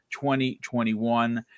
2021